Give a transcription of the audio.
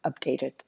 updated